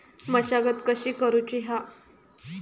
मशागत कशी करूची हा?